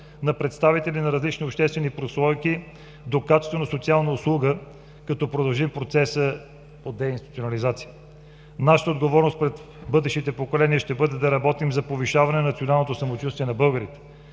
на представители на различни обществени прослойки до качествена социална услуга, като продължим процеса по деинституционализация. Нашата отговорност пред бъдещите поколения ще бъде да работим за повишаване националното самочувствие на българите.